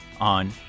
on